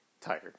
tired